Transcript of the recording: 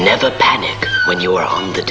never panic when you are on the